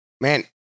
Man